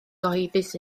gyhoeddus